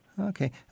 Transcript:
Okay